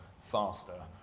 faster